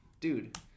Dude